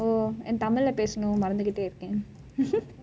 oh and தமிழை பேசனும் மறந்துத்தே இருக்கேன்:tamilei pesanum maranthuthei irukken